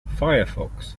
firefox